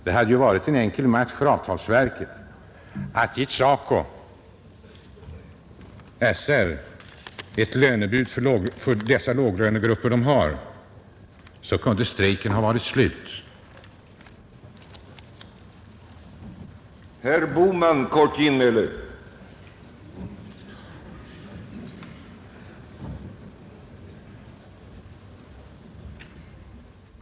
Det hade varit en enkel match att ge SACO och SR ett lönebud för deras låglönegrupper. Då kunde strejken ha varit slut nu.